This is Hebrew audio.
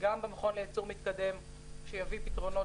גם במכון לייצור מתקדם שיביא פתרונות